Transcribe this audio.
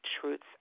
truths